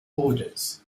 borders